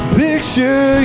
picture